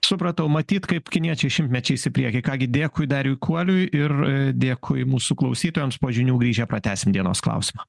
supratau matyt kaip kiniečiai šimtmečiais į priekį ką gi dėkui dariui kuoliui ir dėkui mūsų klausytojams po žinių grįžę pratęsim dienos klausimą